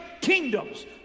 kingdoms